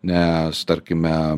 nes tarkime